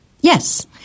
Yes